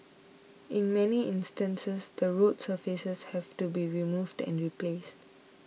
in many instances the road surfaces have to be removed and replaced